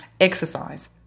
Exercise